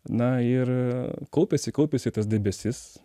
na ir kaupiasi kaupiasi tas debesis